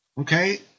Okay